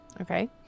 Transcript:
okay